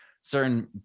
certain